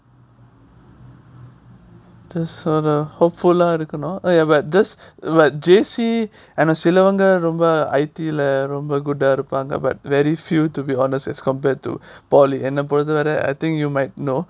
just for the hopeful lah இருக்கனும்:irukkanum eh but just what J_C ஆனா சிலவங்க:aanaa silavanga I_T leh ரொம்ப:romba good ah இருப்பாங்க:iruppaanga but very few to be honest as compared to polytechnic என்ன பொறுத்த வர:enna porutha vara I think you might know